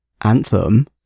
Anthem